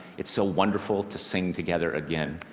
it's so wonderful to sing together again!